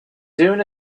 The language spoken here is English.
soon